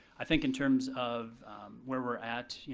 i think in terms of where we're at, you